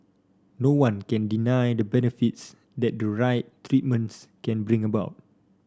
no one can deny the benefits that the right treatments can bring about